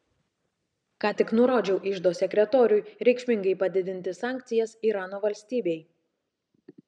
ką tik nurodžiau iždo sekretoriui reikšmingai padidinti sankcijas irano valstybei